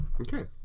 Okay